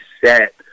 set